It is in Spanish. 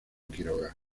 quiroga